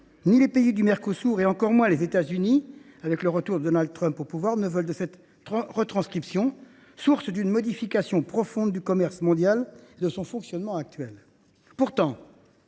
ni les pays du Mercosur, ni – et encore moins – les États Unis, avec le retour de Donald Trump au pouvoir, ne veulent de cette retranscription, source d’une modification profonde du commerce mondial et de son fonctionnement actuel. Pourtant,